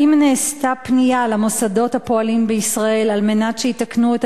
האם נעשתה פנייה למוסדות הפועלים בישראל על מנת שיתקנו את